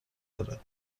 داره